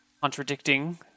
contradicting